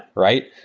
right?